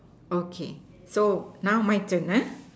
okay so now my turn ah